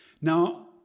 Now